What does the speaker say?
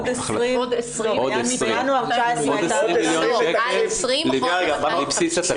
עוד 20. 20 מיליון שקל לבסיס התקציב.